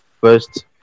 first